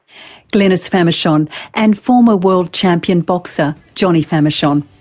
glenys famechon and former world champion boxer johnny famechon.